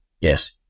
Yes